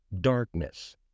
darkness